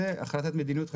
זאת החלטת מדיניות חשובה,